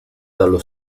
dallo